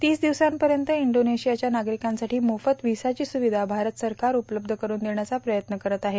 तीस दिवसांपर्यंत इंडोनेशियाच्या नागरिकांसाठी मोफत व्हिासाची सुविधा भारत सरकार उपलब्ध करून देण्याचा प्रयत्न करित आहे